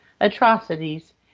atrocities